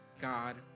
God